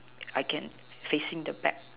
if I can facing the back